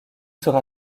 sera